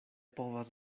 povas